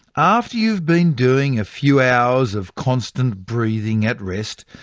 after you've been doing a few hours of constant breathing at rest,